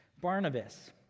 Barnabas